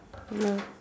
ya